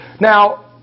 Now